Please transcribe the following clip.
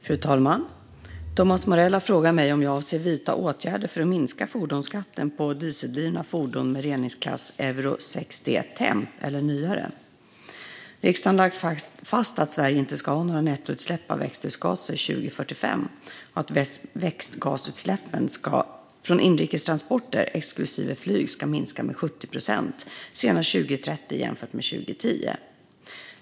Fru talman! Thomas Morell har frågat mig om jag avser att vidta åtgärder för att minska fordonsskatten på dieseldrivna fordon med reningsklass Euro 6D Temp eller nyare. Riksdagen har lagt fast att Sverige inte ska ha några nettoutsläpp av växthusgaser 2045 och att växthusgasutsläppen från inrikes transporter, exklusive flyg, ska minska med 70 procent senast 2030 jämfört med 2010.